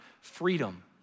freedom